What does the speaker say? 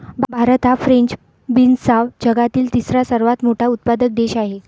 भारत हा फ्रेंच बीन्सचा जगातील तिसरा सर्वात मोठा उत्पादक देश आहे